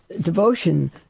devotion